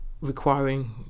requiring